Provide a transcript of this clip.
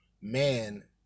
man